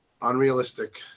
unrealistic